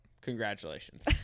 congratulations